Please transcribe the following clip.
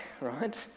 right